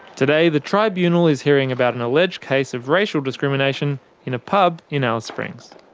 today the tribunal is hearing about an alleged case of racial discrimination in a pub in alice springs.